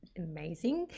amazing!